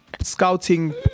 Scouting